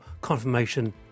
confirmation